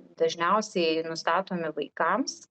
dažniausiai nustatomi vaikams